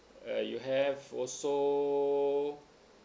uh you have also